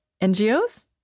NGOs